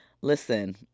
Listen